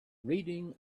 reading